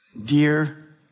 dear